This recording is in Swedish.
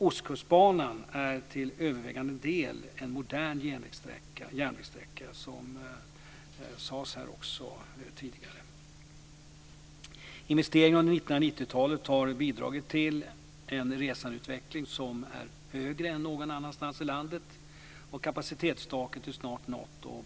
Ostkustbanan är till övervägande del en modern järnvägssträcka, som också tidigare har sagts här. Investeringarna under 1990-talet har bidragit till en resandeutveckling som är högre än någon annanstans i landet, och kapacitetstaket är snart nått.